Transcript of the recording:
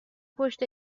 پشت